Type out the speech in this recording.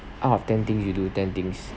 out of ten things you do ten things